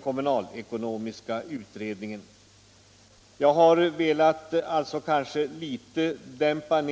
gional skatteutjäm Jag har alltså velat dämpa